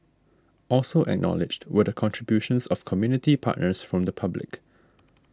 also acknowledged were the contributions of community partners from the public